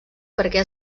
perquè